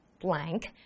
blank